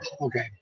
okay